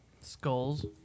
Skulls